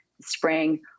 spring